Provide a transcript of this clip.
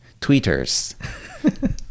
Tweeters